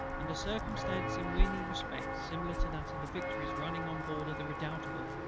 and a circumstance in many respects similar to that of the victory's running on board of the redoutable,